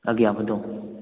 अॻियां वधूं